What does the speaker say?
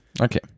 Okay